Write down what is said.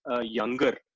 younger